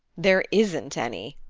there isn't any,